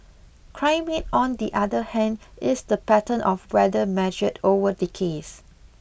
climate on the other hand is the pattern of weather measured over decades